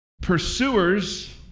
Pursuers